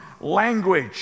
language